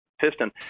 piston